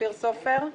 אופיר סופר,